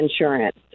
insurance